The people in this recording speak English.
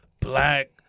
black